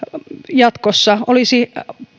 jatkossa olisi